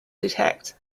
detect